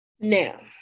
Now